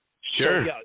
Sure